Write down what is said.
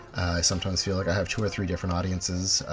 sometimes feel like i have two or three different audiences,